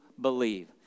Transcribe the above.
believe